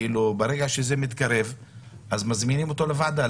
ברגע שזה מתקרב אז מזמינים אותו לוועדה.